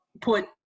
put